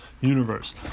universe